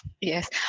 Yes